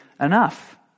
enough